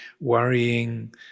worrying